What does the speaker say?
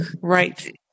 Right